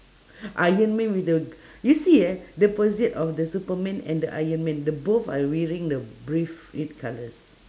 iron man with the you see ah of the superman and ironman the both are wearing the brief red colours